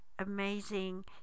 amazing